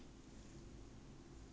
!aiyo! poor thing lah